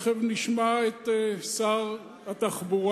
מייד נשמע את שר התחבורה,